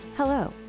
Hello